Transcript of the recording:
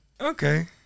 Okay